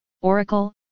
Oracle